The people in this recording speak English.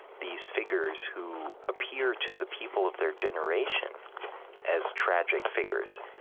these figures, who appear to the people of their generation as tragic figures,